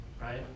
right